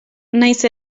nahiz